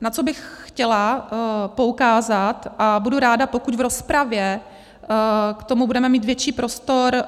Na co bych chtěla poukázat, a budu ráda pokud v rozpravě k tomu budeme mít větší prostor